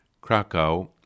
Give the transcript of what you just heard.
Krakow